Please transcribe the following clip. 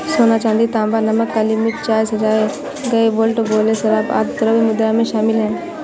सोना, चांदी, तांबा, नमक, काली मिर्च, चाय, सजाए गए बेल्ट, गोले, शराब, आदि द्रव्य मुद्रा में शामिल हैं